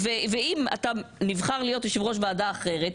ואם אתה נבחר להיות יושב ראש ועדה אחרת,